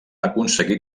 aconseguit